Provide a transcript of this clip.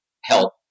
help